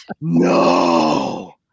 No